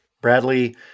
Bradley